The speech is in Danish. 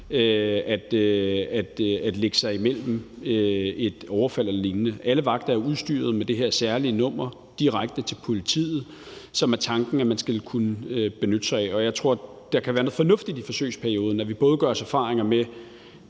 lægge sig imellem i et overfald eller lignende. Alle vagter er udstyret med det her særlige nummer direkte til politiet, som det er tanken man skal kunne benytte sig af. Og jeg tror, der kan være noget fornuftigt i, at vi i forsøgsperioden både gøre os erfaringer med